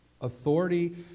Authority